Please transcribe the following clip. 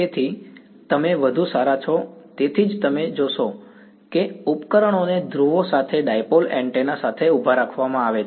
તેથી તમે વધુ સારા છો તેથી જ તમે જોશો કે ઉપકરણોને ધ્રુવો સાથે ડાઈપોલ એન્ટેના સાથે ઊભા રાખવામાં આવે છે